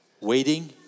waiting